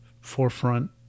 forefront